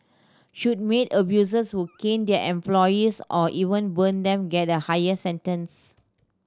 should maid abusers who cane their employees or even burn them get higher sentence